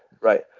right